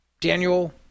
Daniel